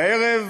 והערב"